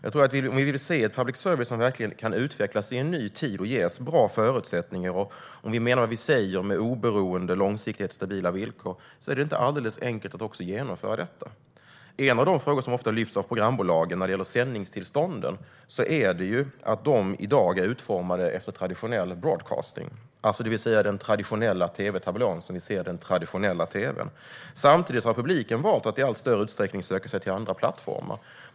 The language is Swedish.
Vill vi verkligen se en public service som kan utvecklas i en ny tid och ges bra förutsättningar, och om vi menar vad vi säger med oberoende, långsiktighet och stabila villkor är det inte alldeles enkelt att genomföra detta. En av de frågor som ofta lyfts av programbolagen när det gäller sändningstillstånden är att de i dag är utformade efter traditionell broadcasting, det vill säga den traditionella tv-tablån och det som vi ser i den traditionella tv:n. Samtidigt har publiken valt att i allt större utsträckning söka sig till andra plattformar.